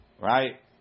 Right